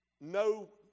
no